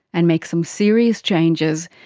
and make some serious changes,